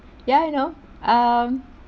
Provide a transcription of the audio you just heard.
ya you know um